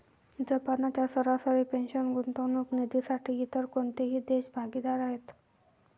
जपानच्या सरकारी पेन्शन गुंतवणूक निधीसाठी इतर कोणते देश भागीदार आहेत?